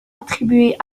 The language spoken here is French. attribués